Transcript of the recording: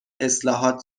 اصلاحات